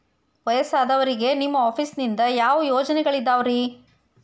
ವಯಸ್ಸಾದವರಿಗೆ ನಿಮ್ಮ ಆಫೇಸ್ ನಿಂದ ಯಾವ ಯೋಜನೆಗಳಿದಾವ್ರಿ?